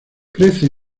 crece